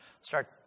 Start